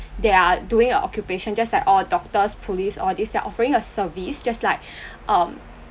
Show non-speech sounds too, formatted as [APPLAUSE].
they're are doing a occupation just like all doctors police all these they're offering a service just like [BREATH] um